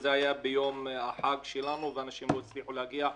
זה היה ביום החג שלנו ואנשים לא הצליחו להגיע,